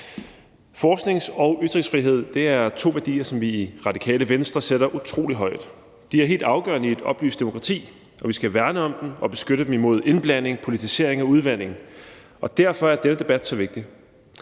Forsknings- og ytringsfrihed er to værdier, som vi i Radikale Venstre sætter utrolig højt. De er helt afgørende i et oplyst demokrati, og vi skal værne om dem og beskytte dem imod indblanding, politisering og udvanding. Derfor er denne debat så vigtig.